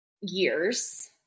years